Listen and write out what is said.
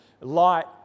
light